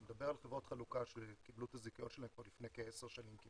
אני מדבר על חברות חלוקה שקיבלו את הזיכיון שלהן לפני כ-10 שנים.